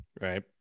Right